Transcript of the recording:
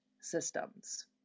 systems